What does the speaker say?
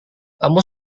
kamu